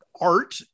art